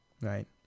right